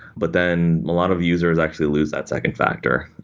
but then a lot of users actually lose that second factor.